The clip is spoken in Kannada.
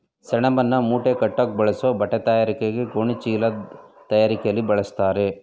ಸೆಣಬನ್ನು ಮೂಟೆಕಟ್ಟೋಕ್ ಬಳಸೋ ಬಟ್ಟೆತಯಾರಿಕೆ ಗೋಣಿಚೀಲದ್ ತಯಾರಿಕೆಲಿ ಬಳಸ್ತಾರೆ